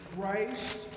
christ